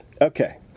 okay